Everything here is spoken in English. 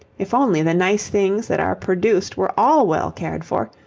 if only the nice things that are produced were all well cared for,